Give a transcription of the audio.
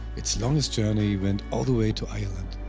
its longest journey went all the way to ireland,